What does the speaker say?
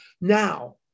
Now